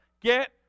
get